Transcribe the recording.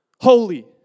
holy